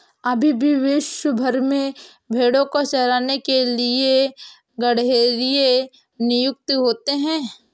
अभी भी विश्व भर में भेंड़ों को चराने के लिए गरेड़िए नियुक्त होते हैं